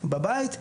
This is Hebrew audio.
בבית.